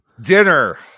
Dinner